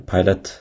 Pilot